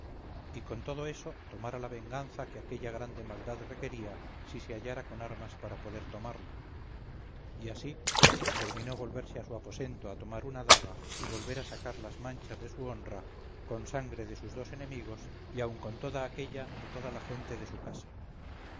y con todo eso tomara la venganza que aquella grande maldad requería si se hallara con armas para poder tomarla y así determinó volverse a su aposento a tomar una daga y volver a sacar las manchas de su honra con sangre de sus dos enemigos y aun con toda aquella de toda la gente de su casa